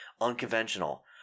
unconventional